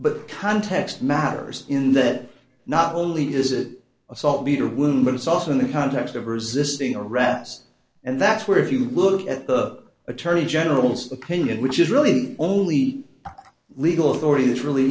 but context matters in that not only is it a saltpeter wound but it's also in the context of resisting arrest and that's where if you look at the attorney general's opinion which is really only legal authority it really